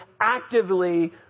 actively